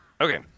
Okay